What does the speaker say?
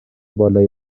بالایی